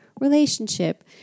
relationship